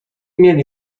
mieli